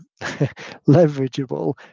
leverageable